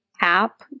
app